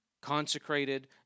Consecrated